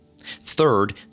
Third